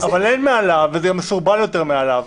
אבל אין מעליו, וזה מסורבל יותר מעליו.